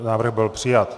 Návrh byl přijat.